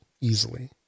easily